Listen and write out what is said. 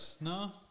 No